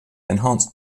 enhanced